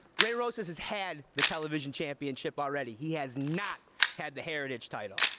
ray rosas has had the television championship already. he has not had the heritage title.